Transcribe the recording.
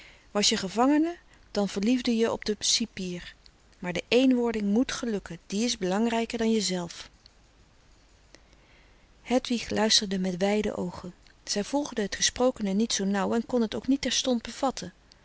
was je gevangene dan verliefde je op den cipier maar de éénwording moet gelukken die is belangrijker dan jezelf frederik van eeden van de koele meren des doods hedwig luisterde met wijde oogen zij volgde het gesprokene niet zoo nauw en kon het ook niet terstond bevatten